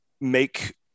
make